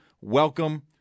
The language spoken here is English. welcome